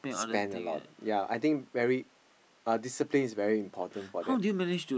spend a lot ya I think very uh discipline is very important for that